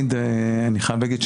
אני חייב להגיד,